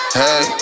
hey